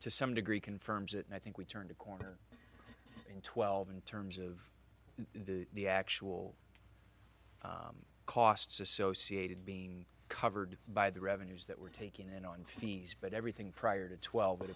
to some degree confirms it and i think we've turned a corner in twelve in terms of the actual costs associated being covered by the revenues that we're taking in on fees but everything prior to twelve it